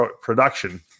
production